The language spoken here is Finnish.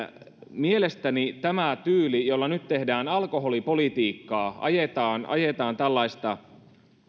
mielestäni tämä tyyli jolla nyt tehdään alkoholipolitiikkaa ajetaan ajetaan tällaista